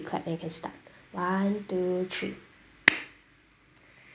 clap and can start one two three